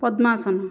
ପଦ୍ମାସନ